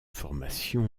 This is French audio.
formation